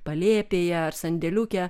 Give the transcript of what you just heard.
palėpėje ar sandėliuke